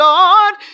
Lord